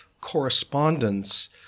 correspondence